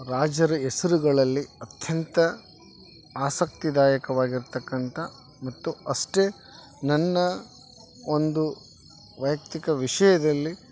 ರಾಜರ ಹೆಸರುಗಳಲ್ಲಿ ಅತ್ಯಂತ ಆಸಕ್ತಿದಾಯಕವಾಗಿರ್ತಕ್ಕಂಥ ಮತ್ತು ಅಷ್ಟೇ ನನ್ನ ಒಂದು ವೈಯಕ್ತಿಕ ವಿಷಯದಲ್ಲಿ